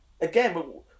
Again